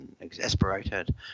exasperated